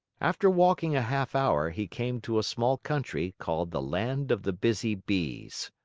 after walking a half hour, he came to a small country called the land of the busy bees.